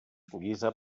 guisa